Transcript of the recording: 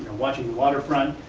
watching the waterfront,